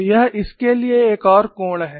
तो यह इसके लिए एक और कोण है